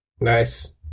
Nice